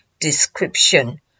description